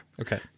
Okay